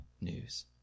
news